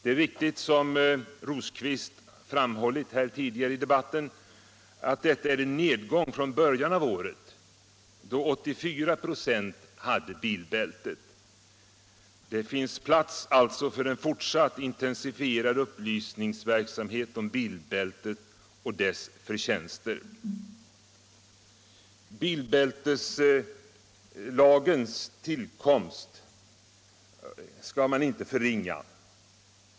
Det är riktigt som herr Rosqvist framhöll tidigare i debatten, att detta innebär en nedgång från början av året, då 84 96 använde bilbältet. Det finns alltså plats för en fortsatt intensifierad upplysningsverksamhet om bilbältet och dess förtjänster. Betydelsen av bilbälteslagens tillkomst skall inte förringas.